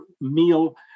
meal